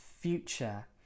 future